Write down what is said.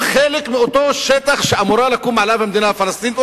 חלק מאותו שטח שאמורה לקום עליו המדינה הפלסטינית,